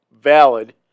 valid